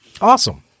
Awesome